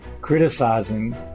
criticizing